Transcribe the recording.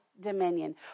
dominion